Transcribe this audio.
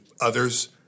others